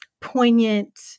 poignant